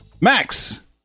Max